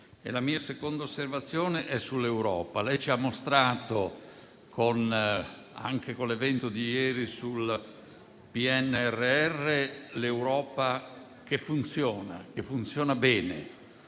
La mia seconda osservazione è sull'Europa. Lei ci ha mostrato, anche con l'evento di ieri sul PNRR, l'Europa che funziona e funziona bene,